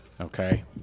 Okay